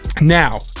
now